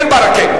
כן, ברכה?